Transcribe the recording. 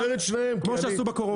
כמו שעשו בקורונה.